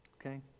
Okay